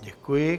Děkuji.